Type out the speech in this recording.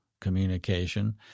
communication